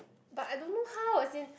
but I don't know how as in